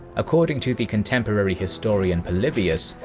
according to the contemporary historian polybius,